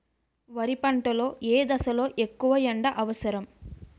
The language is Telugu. వరి పంట లో ఏ దశ లొ ఎక్కువ ఎండా అవసరం?